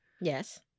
Yes